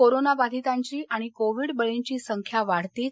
corona बाधीतांची आणि Covid बळींची संख्या वाढतीच